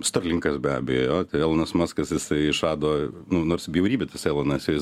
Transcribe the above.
starlinkas be abejo elonas maskas jisai išrado nu nors bjaurybė tas elonas jis